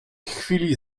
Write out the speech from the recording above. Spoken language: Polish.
chwili